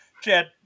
Chad